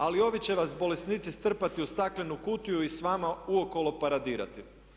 Ali ovi će vas bolesnici strpati u staklenu kutiju i s vama uokolo paradirati.